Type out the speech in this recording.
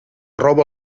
roba